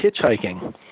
hitchhiking